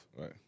Right